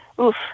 Oof